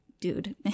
dude